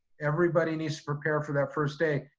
everybody needs to prepare for that first day.